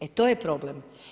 E to je problem.